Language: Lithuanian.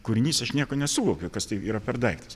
kūrinys aš nieko nesuvokiau kas tai yra per daiktas